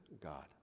God